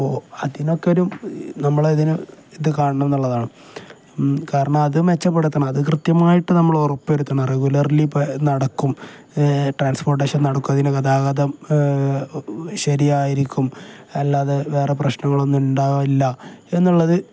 അപ്പോൾ അതിനൊക്കെ ഒരു നമ്മൾ അതിന് ഇത് കാണണം എന്നുള്ളതാണ് കാരണം അത് മെച്ചപ്പെടുത്തണം അത് കൃത്യമായിട്ട് നമ്മൾ ഉറപ്പു വരുത്തണം റെഗുലർലി ഇപ്പം നടക്കും ട്രാൻസ്പോർട്ടേഷൻ നടക്കും അതിന് ഗതാഗതം ശരിയായിരിക്കും അല്ലാതെ വേറെ പ്രശ്നങ്ങളൊന്നും ഉണ്ടാവില്ല എന്നുള്ളത്